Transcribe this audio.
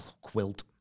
quilt